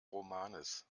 romanes